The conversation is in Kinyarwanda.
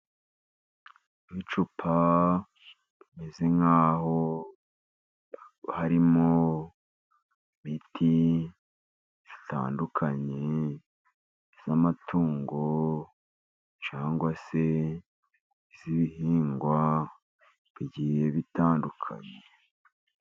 Icupa rimeze nk'aho harimo imiti itandukanye y'amatungo, cyangwa se iy'ibihingwa bigiye bitandukanye.